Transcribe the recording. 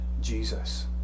Jesus